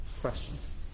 questions